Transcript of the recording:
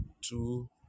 two